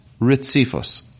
Ritzifos